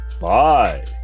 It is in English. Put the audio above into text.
bye